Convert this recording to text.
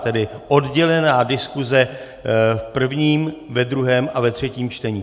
Tedy oddělená diskuse v prvním, ve druhém a ve třetím čtení.